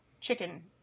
chicken